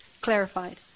clarified